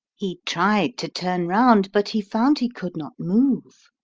he tried to turn round, but he found he could not move.